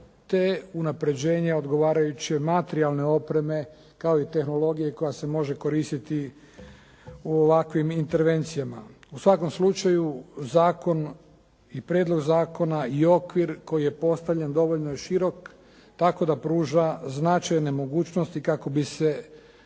te unapređenje odgovarajuće materijalne opreme kao i tehnologije koja se može koristiti u ovakvim intervencijama. U svakom slučaju zakon i prijedlog zakona i okvir koji je postavljen dovoljno je širom tako da pruža značajne mogućnosti kako bi se